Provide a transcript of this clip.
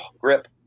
grip